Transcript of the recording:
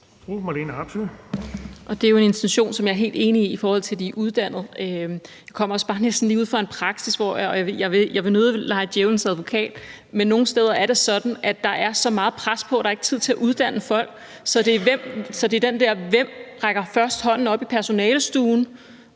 Det er jo en intention, som jeg er helt enig i i forhold til de uddannede. Jeg kommer bare næsten lige ude fra en praksis – og jeg vil nødig lege djævlens advokat – hvor der nogle steder er så meget pres på, at der ikke er tid til at uddanne folk. Så det er den der med, hvem der først rækker hånden op i personalestuen